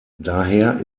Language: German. daher